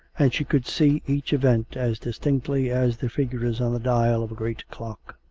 and she could see each event as distinctly as the figures on the dial of a great clock.